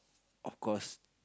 of course